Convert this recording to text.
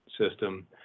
system